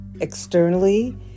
externally